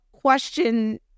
question